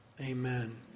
Amen